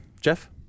Jeff